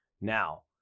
now